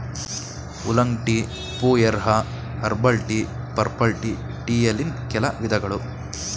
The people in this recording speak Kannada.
oolong tea, pu erh, herbal tea, purple tea ಟೀಯಲ್ಲಿನ್ ಕೆಲ ವಿಧಗಳು